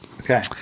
okay